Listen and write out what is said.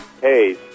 hey